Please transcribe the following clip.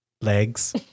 legs